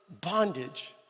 bondage